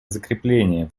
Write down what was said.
закрепления